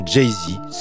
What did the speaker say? Jay-Z